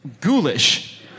ghoulish